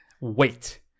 Wait